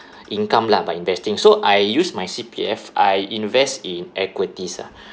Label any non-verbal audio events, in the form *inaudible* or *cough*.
*breath* income lah by investing so I use my C_P_F I invest in equities ah